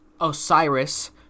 Osiris